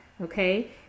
okay